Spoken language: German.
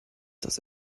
das